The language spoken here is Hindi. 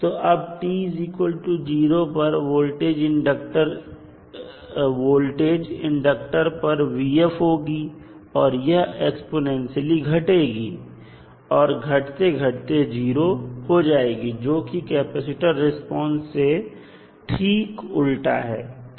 तो अब t0 पर वोल्टेज इंडक्टर पर होगी और यह एक्स्पोनेंशियलई घटेगी और घटते घटते 0 हो जाएगी जोकि कैपेसिटर रिस्पांस से ठीक उल्टा है